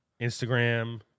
instagram